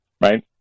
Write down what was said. right